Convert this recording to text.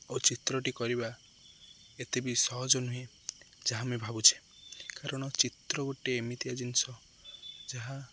ଓ ଚିତ୍ରଟି କରିବା ଏତେ ବିି ସହଜ ନୁହେଁ ଯାହା ଆମେ ଭାବୁଛେ କାରଣ ଚିତ୍ର ଗୋଟେ ଏମିତିଆ ଜିନିଷ ଯାହା